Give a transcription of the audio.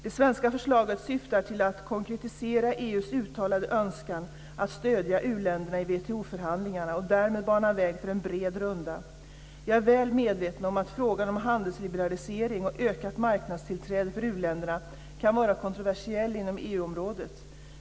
Det svenska förslaget syftar till att konkretisera EU:s uttalade önskan att stödja u-länderna i WTO-förhandlingarna och därmed bana väg för en bred runda. Jag är väl medveten om att frågan om handelsliberalisering och ökat marknadstillträde för u-länderna kan vara kontroversiell inom EU-området.